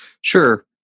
Sure